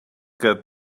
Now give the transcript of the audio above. que